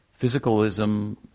physicalism